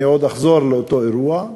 אני עוד אחזור לאותו אירוע,